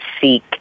seek